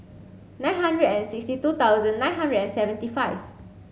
nine hundred and sixty two thousand nine hundred and seventy five